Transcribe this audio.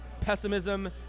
pessimism